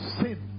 sin